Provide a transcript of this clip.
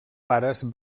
pares